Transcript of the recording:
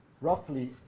roughly